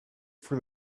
for